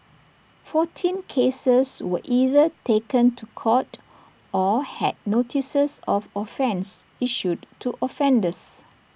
fourteen cases were either taken to court or had notices of offence issued to offenders